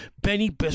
Benny